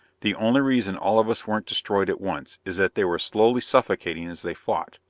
the only reason all of us weren't destroyed at once is that they were slowly suffocating as they fought.